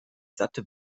satte